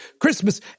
Christmas